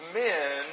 men